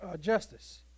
justice